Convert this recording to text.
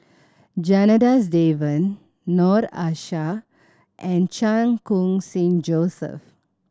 Janadas Devan Noord Aishah and Chan Khun Sing Joseph